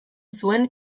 zuen